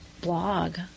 blog